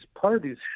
parties